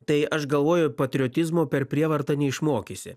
tai aš galvoju patriotizmo per prievartą neišmokysi